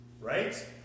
Right